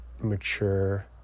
mature